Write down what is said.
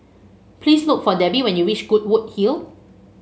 please look for Debbi when you reach Goodwood Hill